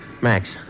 Max